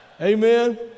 Amen